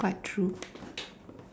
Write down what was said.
quite true